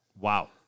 Wow